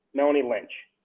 melanie lynch,